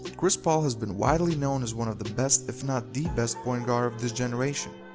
chris paul has been widely known as one of the best if not the best point guard of this generation.